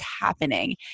happening